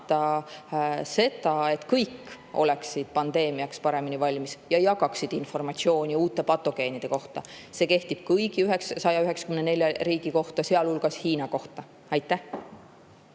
[soov], et kõik oleksid pandeemiaks paremini valmis ja jagaksid informatsiooni uute patogeenide kohta, kehtib kõigi 194 riigi kohta, sealhulgas Hiina kohta. Suur